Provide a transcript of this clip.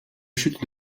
chute